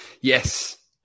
Yes